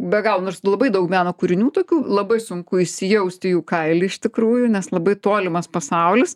be galo nors labai daug meno kūrinių tokių labai sunku įsijausti į jų kailį iš tikrųjų nes labai tolimas pasaulis